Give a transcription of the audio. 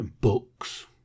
Books